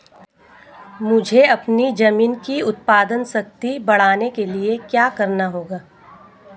मुझे अपनी ज़मीन की उत्पादन शक्ति बढ़ाने के लिए क्या करना होगा?